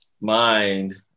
mind